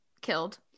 killed